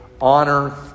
honor